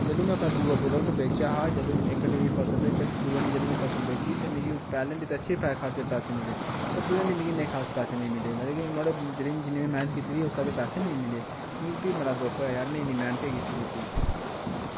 जैह्लू में अपना दूआ प्रोडक्ट बेचेआ हा जैह्लू में इक हांडी मिकी फसल थ्होई पर दूई हांडी जेल्लै में फसल बेची ते मिकी पैह्ली हांडी ते अच्छे पै खासे पैसे मिले पर दुई हांडी मिकी इन्ने खास पैसे नी मिले मतलब कि नुआढ़ी जेह्ड़ी जिन्नी में मैह्नत कीती दी ही उस स्हाबें पैसे नेईं मिले मिकी फ्ही बड़ा दुख होएआ यार में इन्नी मैह्नत गै कैसी कीती